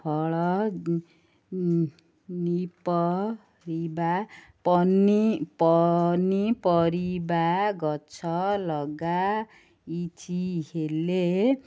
ଫଳ ପନିପରିବା ଗଛ ଲଗାଇଛି ହେଲେ